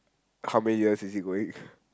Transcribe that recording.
how many years is he going ppl